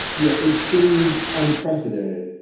you know, it seemed unprecedented.